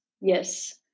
yes